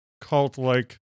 cult-like